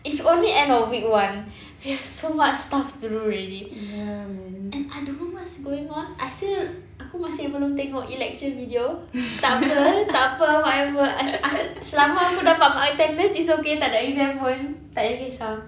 it's only end of week one there's so much stuff to do already and I don't know what's going on I feel aku masih belum tengok election video takpe takpe whatever as~ as~ selama aku dapat mark attendance it's okay takde exam pun tak yah kesah